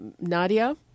Nadia